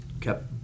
kept